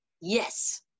yes